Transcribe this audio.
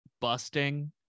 busting